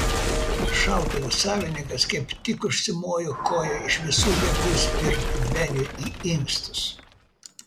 šautuvo savininkas kaip tik užsimojo koja iš visų jėgų spirti beniui į inkstus